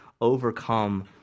overcome